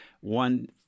One